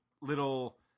little